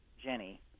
Jenny